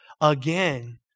again